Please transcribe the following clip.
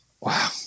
Wow